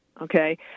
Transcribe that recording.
Okay